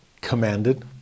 commanded